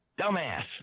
dumbass